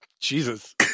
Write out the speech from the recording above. jesus